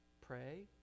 Pray